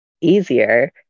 easier